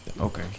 Okay